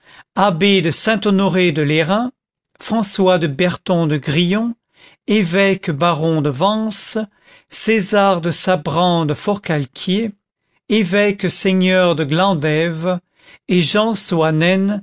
abbé de saint-honoré de lérins françois de berton de grillon évêque baron de vence césar de sabran de forcalquier évêque seigneur de glandève et jean soanen